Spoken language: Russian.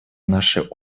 нашей